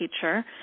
teacher